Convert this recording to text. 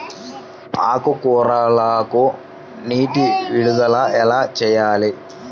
ఆకుకూరలకు నీటి విడుదల ఎలా చేయాలి?